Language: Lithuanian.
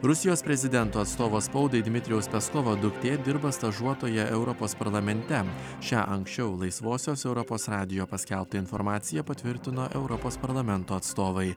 rusijos prezidento atstovas spaudai dmitrijaus paskovo duktė dirba stažuotoja europos parlamente šią anksčiau laisvosios europos radijo paskelbtą informaciją patvirtino europos parlamento atstovai